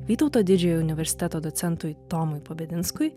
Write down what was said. vytauto didžiojo universiteto docentui tomui pabedinskui